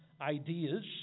ideas